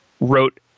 wrote